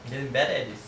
getting better at this